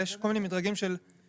אלא יש כל מיני מדרגים של התייעצות